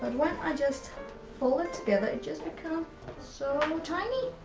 and when i just fold it together it just becomes so tiny,